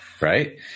Right